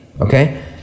okay